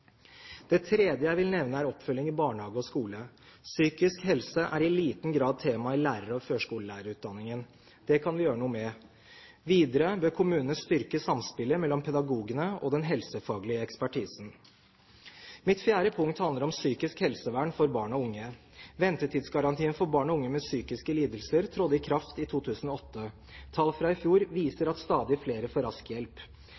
Det tredje jeg vil nevne, er oppfølging i barnehage og skole. Psykisk helse er i liten grad tema i lærer- og førskolelærerutdanningen. Det kan vi gjøre noe med. Videre bør kommunene styrke samspillet mellom pedagogene og den helsefaglige ekspertisen. Mitt fjerde punkt handler om psykisk helsevern for barn og unge. Ventetidsgarantien for barn og unge med psykiske lidelser trådte i kraft i 2008. Tall fra i fjor viser at stadig flere får rask hjelp.